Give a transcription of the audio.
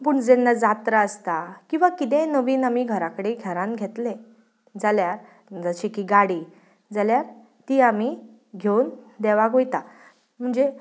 पूण जेन्ना जात्रा आसता किंवां कितें नवीन आमी घरा कडेन घरांत घेतलें जाल्यार जशें की गाडी जाल्यार ती आमी घेवून देवाक वयता म्हणजे